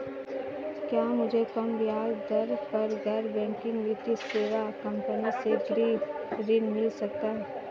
क्या मुझे कम ब्याज दर पर गैर बैंकिंग वित्तीय सेवा कंपनी से गृह ऋण मिल सकता है?